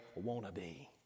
wannabe